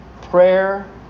Prayer